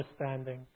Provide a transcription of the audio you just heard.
understanding